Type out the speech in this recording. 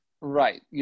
Right